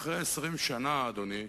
ואחרי 20 שנה, אדוני,